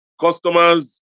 customers